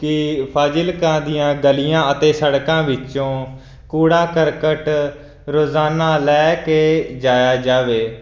ਕਿ ਫਾਜ਼ਿਲਕਾ ਦੀਆਂ ਗਲੀਆਂ ਅਤੇ ਸੜਕਾਂ ਵਿੱਚੋਂ ਕੂੜਾ ਕਰਕਟ ਰੋਜ਼ਾਨਾ ਲੈ ਕੇ ਜਾਇਆ ਜਾਵੇ